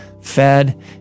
fed